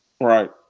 Right